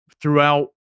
throughout